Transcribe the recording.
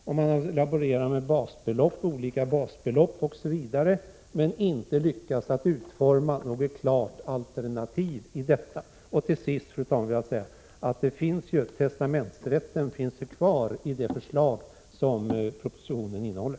Reservanterna laborerar med olika basbelopp osv. men har inte lyckats att utforma något klart alternativ. Till sist, fru talman, vill jag säga att testamentsrätten finns kvar i det förslag som propositionen innehåller.